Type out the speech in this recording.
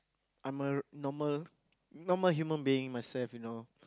I'm a normal normal human being myself you know